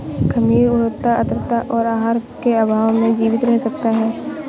खमीर उष्णता आद्रता और आहार के अभाव में जीवित रह सकता है